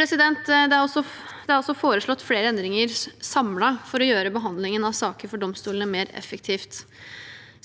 Det er også foreslått flere endringer samlet for å gjøre behandlingen av saker for domstolene mer effektiv.